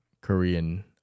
Korean